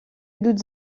йдуть